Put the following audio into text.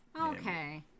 Okay